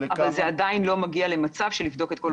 אבל זה עדיין לא מגיע למצב של בדיקת כל האוכלוסייה.